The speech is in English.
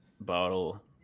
bottle